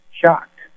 shocked